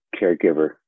caregiver